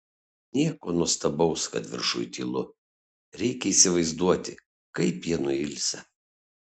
nieko nuostabaus kad viršuj tylu reikia įsivaizduoti kaip jie nuilsę